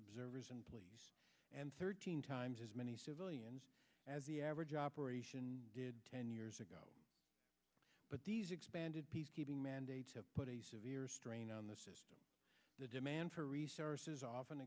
observers employees and thirteen times as many civilians as the average operation did ten years ago but these expanded peacekeeping mandates have put a severe strain on the system the demand for resources often